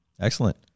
Excellent